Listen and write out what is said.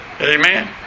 Amen